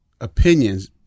opinions